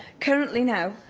currently now,